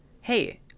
hey